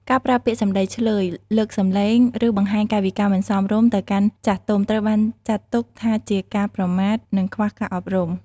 ការប្រើពាក្យសំដីឈ្លើយ លើកសំឡេង ឬបង្ហាញកាយវិការមិនសមរម្យទៅកាន់ចាស់ទុំ ត្រូវបានចាត់ទុកថាជាការប្រមាថ និងខ្វះការអប់រំ។